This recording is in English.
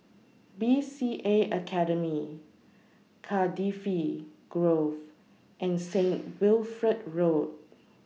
B C A Academy Cardifi Grove and Saint Wilfred Road